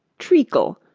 treacle,